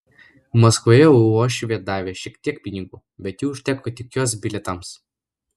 maskvoje uošvė davė šiek tiek pinigų bet jų užteko tik jos bilietams